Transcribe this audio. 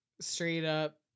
straight-up